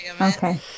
Okay